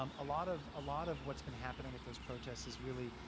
um lot of ah lot of what's been happening at those protests is really,